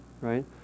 right